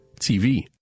TV